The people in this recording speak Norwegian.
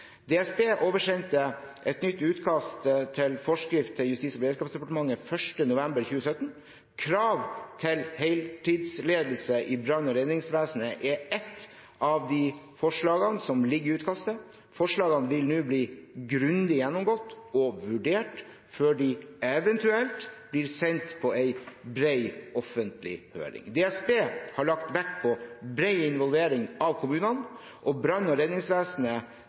DSB oversendte et nytt utkast til forskrift til Justis- og beredskapsdepartementet 1. november 2017. Krav til heltidsledelse i brann- og redningsvesenet er ett av de forslagene som ligger i utkastet. Forslagene vil nå bli grundig gjennomgått og vurdert før de eventuelt blir sendt på en bred offentlig høring. DSB har lagt vekt på bred involvering av kommunene og brann- og redningsvesenet